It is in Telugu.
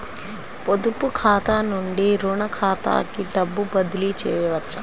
పొదుపు ఖాతా నుండీ, రుణ ఖాతాకి డబ్బు బదిలీ చేయవచ్చా?